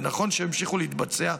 ונכון שימשיכו להתבצע,